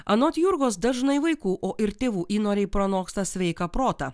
anot jurgos dažnai vaikų o ir tėvų įnoriai pranoksta sveiką protą